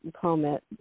comment